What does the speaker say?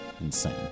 insane